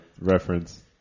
reference